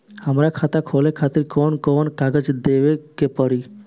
हमार खाता खोले खातिर कौन कौन कागज देवे के पड़ी?